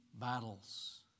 battles